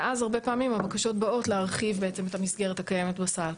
ואז הרבה פעמים הבקשות באות להרחיב בעצם את המסגרת הקיימת בסל,